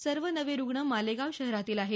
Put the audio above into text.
सर्व नवे रुग्ण मालेगाव शहरातील आहेत